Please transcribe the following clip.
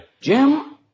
Jim